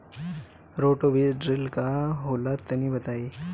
Roto बीज drill का होला तनि बताई?